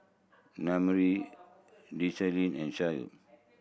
Naomi Desean and Shayla